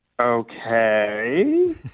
Okay